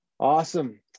Awesome